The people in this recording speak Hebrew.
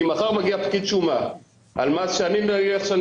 כי אם מחר מגיע פקיד שומה על מס שאני מניח שאני